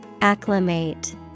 Acclimate